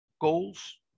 Goals